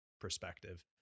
perspective